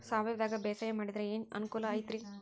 ಸಾವಯವದಾಗಾ ಬ್ಯಾಸಾಯಾ ಮಾಡಿದ್ರ ಏನ್ ಅನುಕೂಲ ಐತ್ರೇ?